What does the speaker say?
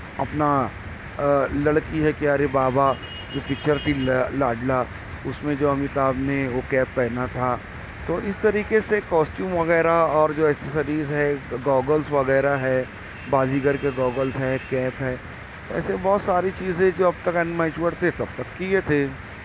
اپنا لڑکی ہے کیا رے بابا جو پکچر تھی لاڈلا اس میں جو امیتابھ نے وہ کیپ پہنا تھا تو اس طریقے سے کوسٹیوم وغیرہ اور جو اسسریز ہے گوگلس وغیرہ ہے بازیگر کے گوگلس ہیں کیپ ہیں ایسے بہت ساری چیزیں جو اب تک ان میچوئرڈ تھے تب تک کئے تھے